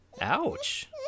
Ouch